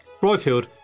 Royfield